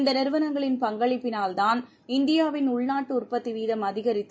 இந்த நிறுவனங்களின் பங்களிப்பினால்தான் இந்தியாவின் உள்நாட்டு உற்பத்தி வீதம் அதிகரித்து